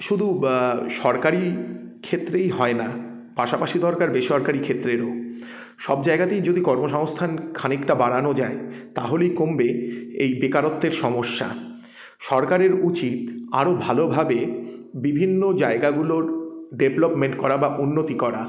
শুধু সরকারি ক্ষেত্রেই হয় না পাশাপাশি দরকার বেসরকারি ক্ষেত্রেরও সব জায়গাতেই যদি কর্মসংস্থান খানিকটা বাড়ানো যায় তাহলেই কমবে এই বেকারত্বের সমস্যা সরকারের উচিত আরও ভালোভাবে বিভিন্ন জায়গাগুলোর ডেভলপমেন্ট করা বা উন্নতি করা